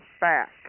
back